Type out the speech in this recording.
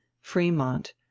Fremont